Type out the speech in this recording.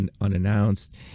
unannounced